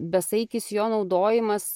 besaikis jo naudojimas